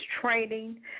training